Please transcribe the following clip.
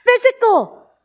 Physical